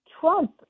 Trump